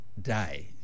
die